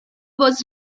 was